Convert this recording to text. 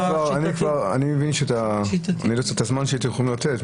--- אני כבר מבין שאתה מילאת את הזמן שאתה יכול לתת,